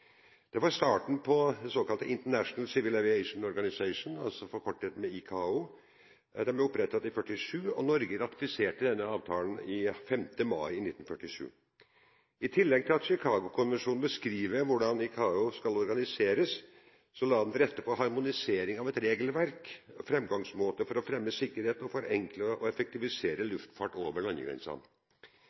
Det var starten på det såkalte International Civil Aviation Organization, forkortet ICAO, som ble opprettet i 1947, og Norge ratifiserte denne avtalen den 5. mai 1947. I tillegg til at Chicago-konvensjonen beskriver hvordan ICAO skal organiseres, la den til rette for harmonisering av regelverk og framgangsmåter for å fremme sikkerheten og forenkle og effektivisere luftfart over landegrensene.